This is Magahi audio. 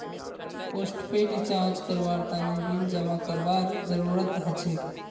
पोस्टपेड रिचार्ज करवार तने बिल जमा करवार जरूरत हछेक